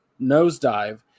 Nosedive